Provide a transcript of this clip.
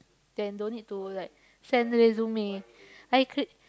then don't need to like send resume I could